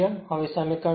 હવે સમીકરણ 4